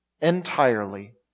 entirely